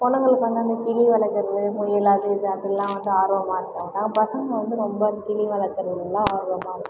பொண்ணுங்களுக்கு வந்து அந்த கிளி வளர்க்குறது முயல் அது இது அப்படிலாம் வந்து ஆர்வமாக இருப்பாங்க பசங்க வந்து ரொம்ப கிளி வளக்கிறதுலலாம் ரொம்ப ஆர்வமாக இருப்பாங்க